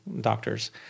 doctors